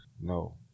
no